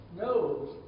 knows